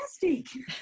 fantastic